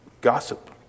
gossip